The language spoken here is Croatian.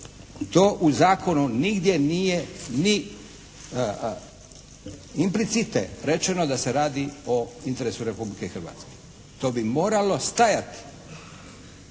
To u zakonu nigdje nije ni implicite rečeno da se radi o interesu Republike Hrvatske. To bi moralo stajati.